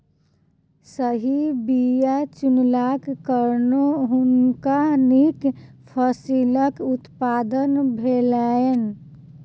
सही बीया चुनलाक कारणेँ हुनका नीक फसिलक उत्पादन भेलैन